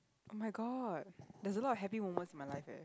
oh-my-god there's a lot of happy moments in my life leh